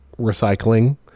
recycling